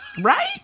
Right